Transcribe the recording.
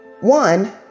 One